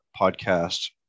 podcast